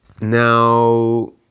Now